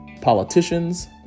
politicians